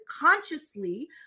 consciously